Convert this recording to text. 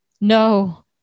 No